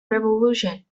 revolution